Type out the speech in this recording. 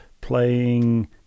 playing